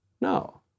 No